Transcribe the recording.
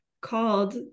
called